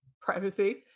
privacy